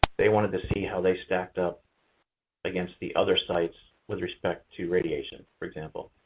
they wanted to see how they stacked up against the other sites with respect to radiation, for example,